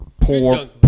poor –